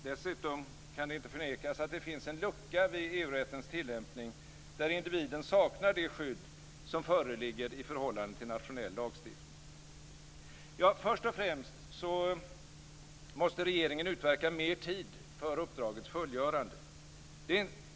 Dessutom kan det inte förnekas att det finns en lucka vid EU-rättens tillämpning, där individen saknar det skydd som föreligger i förhållande till nationell lagstiftning. Först och främst måste regeringen utverka mer tid för uppdragets fullgörande.